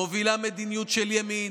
מובילה מדיניות של ימין,